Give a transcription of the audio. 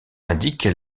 indiquent